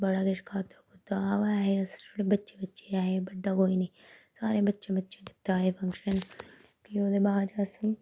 बड़ा किश खाद्धा खुद्धा अवा ऐ हे अस बच्चे बच्चे गै हे बड्डा कोई नी सारे बच्चे बच्चे कीता एह् फंगशन फ्ही ओह्दे बाद च अस